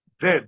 Dead